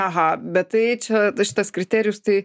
aha bet tai čia šitas kriterijus tai